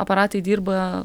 aparatai dirba